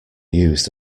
used